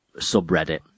subreddit